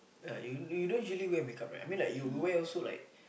uh you you don't usually wear make up right you wear also like